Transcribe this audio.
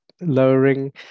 lowering